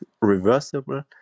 reversible